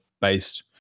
based